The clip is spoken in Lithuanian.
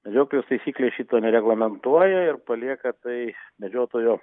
jokios taisyklės šito nereglamentuoja ir palieka tai medžiotojo